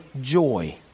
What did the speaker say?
joy